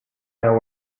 know